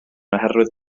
oherwydd